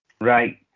Right